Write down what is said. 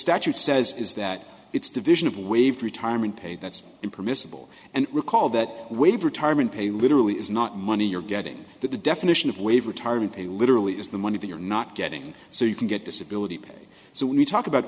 statute says is that it's division of a wave retirement pay that's impermissible and recall that waive retirement pay literally is not money you're getting that the definition of waive retirement pay literally is the money that you're not getting so you can get disability pay so when you talk about